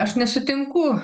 aš nesutinku